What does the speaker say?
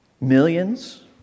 Millions